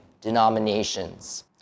denominations